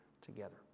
together